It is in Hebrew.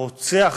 הרוצח